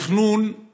שהתכנון